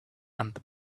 and